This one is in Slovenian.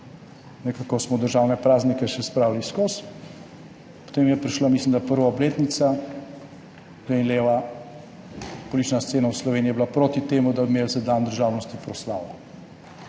Nekako smo državne praznike spravili skozi, potem je prišla, mislim, da prva obletnica in leva politična scena v Sloveniji je bila proti temu, da bi imeli proslavo